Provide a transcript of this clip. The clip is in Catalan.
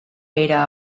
era